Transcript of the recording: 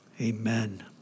Amen